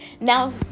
Now